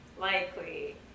likely